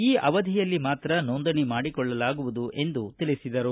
ಈ ಅವಧಿಯಲ್ಲಿ ಮಾತ್ರ ನೋಂದಣಿ ಮಾಡಿಕೊಳ್ಳಲಾಗುವುದು ಎಂದು ತಿಳಿಸಿದರು